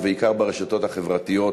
ובעיקר ברשתות החברתיות,